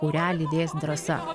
kurią lydės drąsa